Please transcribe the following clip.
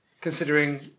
considering